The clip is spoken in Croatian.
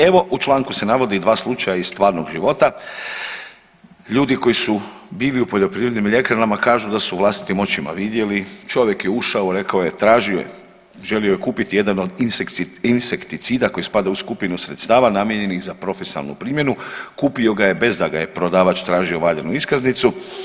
Evo u članku se navodi i dva slučaja iz stvarnog života ljudi koji su bili u poljoprivrednim ljekarnama kažu da su vlastitim očima vidjeli, čovjek je ušao rekao je, tražio je želio je kupiti jedan od insekticida koji spada u skupinu sredstava namijenjenih za profesionalnu primjenu, kupio ga je bez da ga je prodavač tražio valjanu iskaznicu.